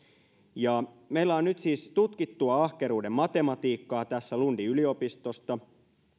meillä on nyt siis tutkittua ahkeruuden matematiikkaa tässä lundin yliopistosta